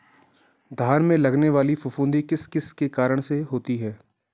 धान में लगने वाली फफूंदी किस किस के कारण होती है?